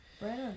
Right